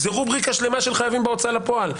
זה רובריקה שלמה של חייבים בהוצאה לפועל.